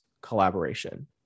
collaboration